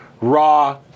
raw